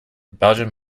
belgium